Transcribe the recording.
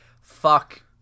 Fuck